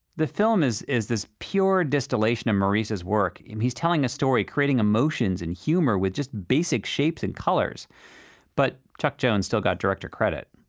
the film is is this pure distillation of maurice's says work and he's telling a story creating emotions and humor with just basic shapes and colors but chuck jones still got director credit.